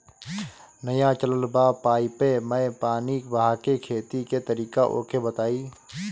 नया चलल बा पाईपे मै पानी बहाके खेती के तरीका ओके बताई?